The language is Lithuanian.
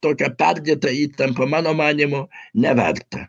tokią perdėtą įtampą mano manymu neverta